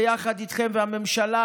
ביחד איתכם והממשלה,